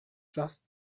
just